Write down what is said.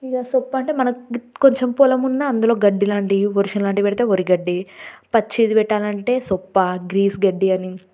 ఇంక సొప్ప అంటే మనకి కొంచెం పొలమున్నా అందులో గడ్డిలాంటియి బొరిష లాంటియి పెడితే వరి గడ్డి పచ్చిది పెట్టాలంటే సొప్ప గ్రీస్ గడ్డి అని